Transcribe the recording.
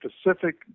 specific